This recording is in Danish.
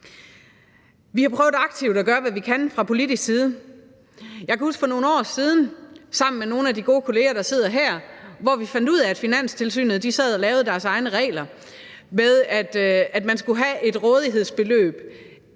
Vi har prøvet aktivt at gøre, hvad vi kan fra politisk side. Jeg kan huske, at vi for nogle år siden sammen med nogle af de gode kolleger, der sidder her, fandt ud af, at Finanstilsynet sad og lavede deres egne regler om, at man efter skat, og efter